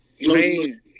Man